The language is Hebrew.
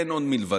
אין עוד מלבדו,